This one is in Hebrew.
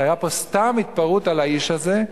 שהיתה פה סתם התפרעות על האיש הזה,